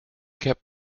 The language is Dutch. heb